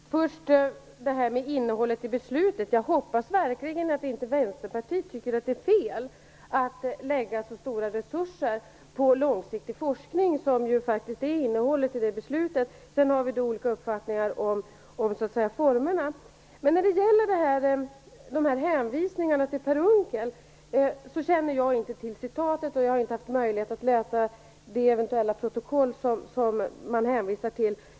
Herr talman! Först vill jag kommentera det som sades om innehållet i beslutet. Jag hoppas verkligen att Vänsterpartiet inte tycker att det är fel att lägga så stora resurser på långsiktig forskning, vilket faktiskt är innehållet i beslutet. Sedan har vi olika uppfattningar om formerna. När det gäller hänvisningarna till Per Unckel vill jag säga att jag inte känner till citatet och att jag inte har haft möjlighet att läsa det eventuella protokoll som man hänvisar till.